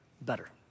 better